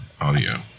Audio